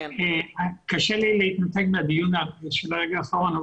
קשה לי להתנתק מהדיון של הרגע האחרון.